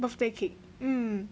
birthday cake mm